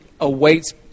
awaits